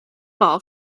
ball